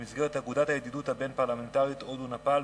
במסגרת אגודת הידידות הבין-פרלמנטרית ישראל הודו ונפאל,